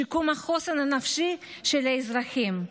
שיקום החוסן הנפשי של האזרחים,